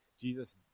Jesus